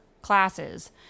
classes